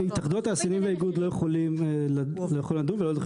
אבל התאחדויות תעשיינים ואיגוד לא יכולים לדון ולדבר